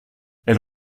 elle